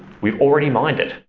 we've already mined it.